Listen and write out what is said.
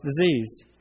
disease